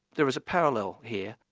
there is a parallel here.